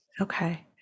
Okay